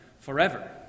forever